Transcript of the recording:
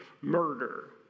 murder